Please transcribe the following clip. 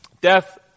Death